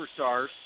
superstars